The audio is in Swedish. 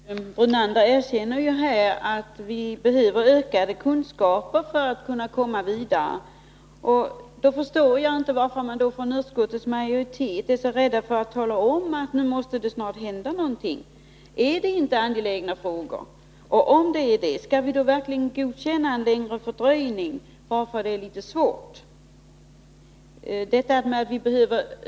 Herr talman! Lennart Brunander erkänner här att vi behöver ökade kunskaper för att kunna komma vidare. Då förstår jag inte varför utskottsmajoriteten är rädd för att tala om att någonting snart måste hända. Är det inte angelägna frågor? Och om det är det, skall vi verkligen godkänna en längre fördröjning bara därför att det finns vissa svårigheter?